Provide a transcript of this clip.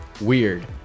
Weird